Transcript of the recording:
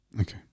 Okay